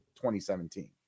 2017